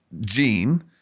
gene